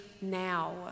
now